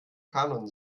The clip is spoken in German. kanon